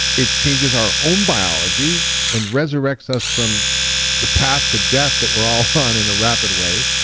it changes our own biology and resurrects us from the path to death that we're all on in a rapid way.